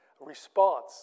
response